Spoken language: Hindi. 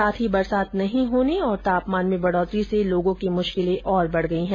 साथ ही बरसात न होने और तापमान में बढोतरी से लोगों की मुश्किलें और बढ़ गयी है